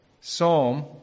psalm